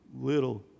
Little